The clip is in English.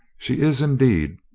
she is, indeed,